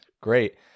Great